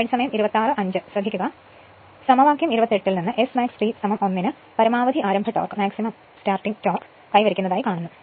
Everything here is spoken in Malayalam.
സമവാക്യം 28 ൽ നിന്ന് Smax T 1 ന് പരമാവധി ആരംഭ ടോർക്ക് കൈവരിക്കുന്നു